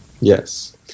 Yes